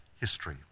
history